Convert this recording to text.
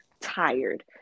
tired